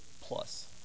plus